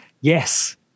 Yes